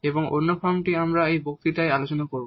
এবং অন্য ফর্মটি আমরা এই বক্তৃতায় আলোচনা করব